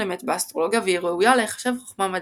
אמת באסטרולוגיה והיא ראויה להחשב חכמה מדעית.